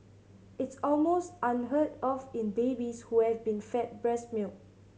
it's almost unheard of in babies who have been fed breast milk